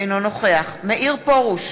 אינו נוכח מאיר פרוש,